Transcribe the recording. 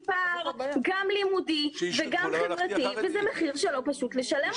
אנשים לא יודעים להבדיל בין פלג כזה לפלג אחר.